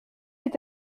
est